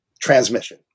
transmission